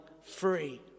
free